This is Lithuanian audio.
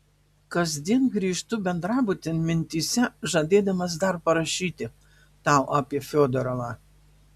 kasdien grįžtu bendrabutin mintyse žadėdamas dar parašyti tau apie fiodorovą